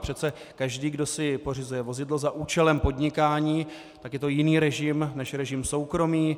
Přece každý, kdo si pořizuje vozidlo za účelem podnikání, tak je to jiný režim než režim soukromý.